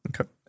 okay